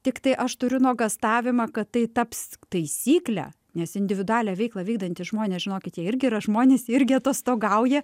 tiktai aš turiu nuogąstavimą kad tai taps taisykle nes individualią veiklą vykdantys žmonės žinokit jie irgi yra žmonės jie irgi atostogauja